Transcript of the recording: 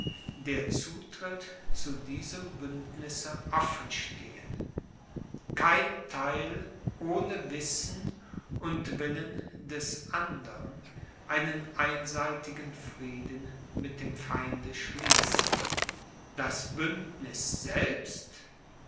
der zutritt zu diesem bündnisse offenstehen kein theil ohne wissen und willen des andern einen einseitigen frieden mit dem feinde schließen das bündniß selbst